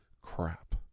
crap